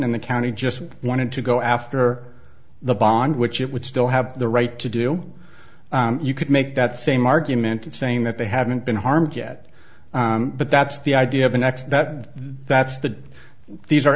and the county just wanted to go after the bond which it would still have the right to do you could make that same argument in saying that they haven't been harmed yet but that's the idea of the next that that's the these are